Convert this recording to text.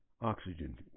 Oxygen